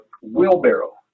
wheelbarrow